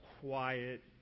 quiet